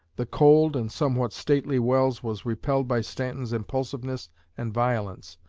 the cold and somewhat stately welles was repelled by stanton's impulsiveness and violence,